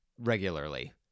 regularly